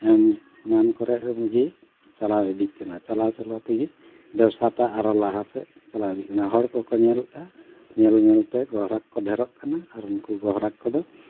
ᱮᱢᱟᱱ ᱠᱚᱨᱮ ᱜᱮ ᱪᱟᱞᱟᱣ ᱤᱫᱤᱜ ᱠᱟᱱᱟ ᱪᱟᱞᱟᱣ ᱪᱟᱞᱟᱣ ᱛᱮᱜᱮ ᱵᱮᱵᱽᱥᱟ ᱴᱟᱜ ᱟᱨᱚ ᱞᱟᱦᱟ ᱥᱮᱫ ᱪᱟᱞᱟᱣ ᱤᱫᱤᱜ ᱠᱟᱱᱟ ᱦᱚᱲ ᱠᱚᱠᱚ ᱧᱮᱞ ᱮᱫᱟ ᱧᱮᱞ ᱧᱮᱞ ᱛᱮ ᱜᱨᱟᱦᱚᱠ ᱠᱚᱠᱚ ᱰᱷᱮᱨᱚᱜ ᱠᱟᱱᱟ ᱟᱨ ᱩᱱᱠᱩ ᱜᱨᱟᱦᱚᱠ ᱠᱚᱫᱚ